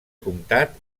comtat